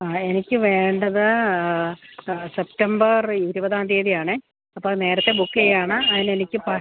ആ എനിക്ക് വേണ്ടത് സ സെപ്റ്റംബർ ഇരുപതാം തീയതി ആണേ അപ്പം നേരത്തെ ബുക്ക് ചെയ്യുവാണ് അതിന് എനിക്ക് പ